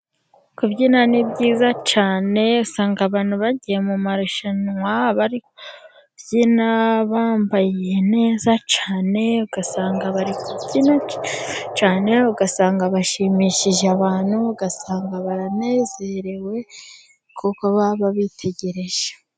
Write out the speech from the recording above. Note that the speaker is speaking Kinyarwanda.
Kubyina ni byiza cyane, usanga abantu bagiye mu marushanwa bari kubyina bambaye neza cyane, ugasanga bari kubyina neza cyane, ugasanga bashimishije abantu, ugasanga baranezerewe kuko baba babitegereje.